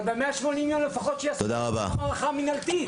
אבל ב-180 יום לפחות שיעשה --- הערכה מינהלתית,